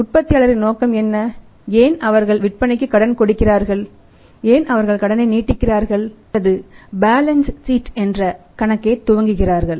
உற்பத்தியாளரின் நோக்கம் என்ன ஏன் அவர்கள் விற்பனைக்கு கடன் கொடுக்கிறார்கள் ஏன் அவர்கள் கடனை நீடிக்கிறார்கள் அல்லது பேலன்ஸ் சீட் என்ற கணக்கை துவங்குகிறார்கள்